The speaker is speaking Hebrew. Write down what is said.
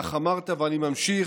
כך אמרת, ואני ממשיך: